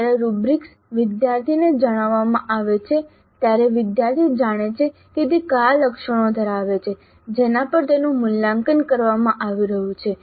જ્યારે રુબ્રિક્સ વિદ્યાર્થીને જણાવવામાં આવે છે ત્યારે વિદ્યાર્થી જાણે છે કે તે કયા લક્ષણો ધરાવે છે જેના પર તેનું મૂલ્યાંકન કરવામાં આવી રહ્યું છે